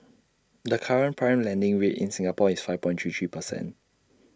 the current prime lending rate in Singapore is five point three three percent